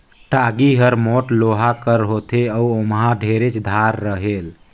टागी हर मोट लोहा कर होथे अउ ओमहा ढेरेच धार रहेल